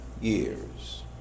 years